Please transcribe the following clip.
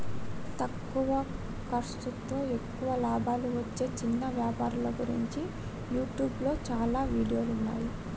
తక్కువ ఖర్సుతో ఎక్కువ లాభాలు వచ్చే చిన్న వ్యాపారాల గురించి యూట్యూబ్లో చాలా వీడియోలున్నయ్యి